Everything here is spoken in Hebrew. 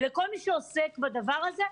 ולכל מי שעוסק בדבר הזה,